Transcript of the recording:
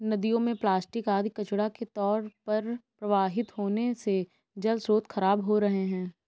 नदियों में प्लास्टिक आदि कचड़ा के तौर पर प्रवाहित होने से जलस्रोत खराब हो रहे हैं